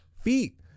feet